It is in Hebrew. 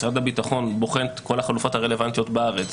משרד הביטחון בוחן את כל החלופות הרלוונטיות בארץ